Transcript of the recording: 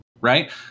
right